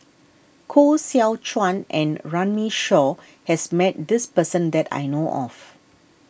Koh Seow Chuan and Runme Shaw has met this person that I know of